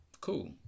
cool